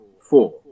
four